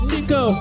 Nico